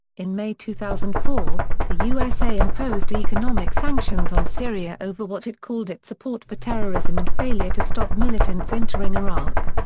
in may two thousand and four, the usa imposed economic sanctions on syria over what it called its support for terrorism and failure to stop militants entering iraq.